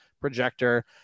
projector